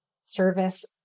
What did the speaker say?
service